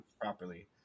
properly